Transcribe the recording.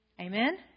Amen